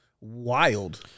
wild